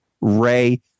Ray